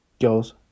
girls